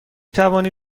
توانی